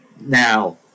Now